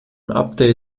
update